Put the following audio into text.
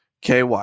KY